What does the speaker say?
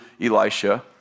Elisha